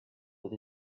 with